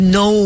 no